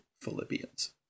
Philippians